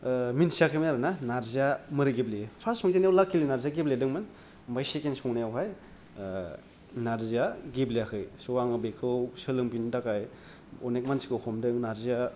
मिनथियाखैमोन आरोना नारजिया मोरै गेब्लेयो फर्स्ट संजेननायाव लाखिलि नारजिया गेब्लेदोंमोन ओमफ्राय सेकेण्ड संनायावहाय नारजिया गेब्लेयाखै स आङो बेखौ सोलोंफिननो थाखाय अनेख मानसिखौ हमदों नारजिया